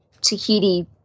Tahiti